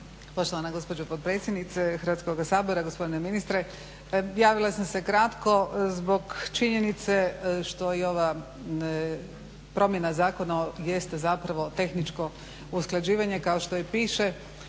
Poštovana gospođo potpredsjeenice Hrvatskoga sabora, gospodine ministre. Javila sam se kratko zbog činjenice što je ova promjena zakona jeste tehničko usklađivanje kao što i piše